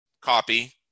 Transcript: copy